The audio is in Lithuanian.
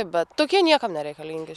bet tokie niekam nereikalingi